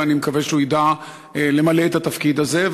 ואני מקווה שהוא ידע למלא את התפקיד הזה.